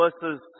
verses